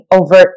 overt